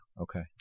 Okay